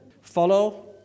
Follow